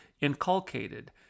inculcated